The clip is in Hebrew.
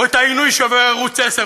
או העינוי שעובר ערוץ 10,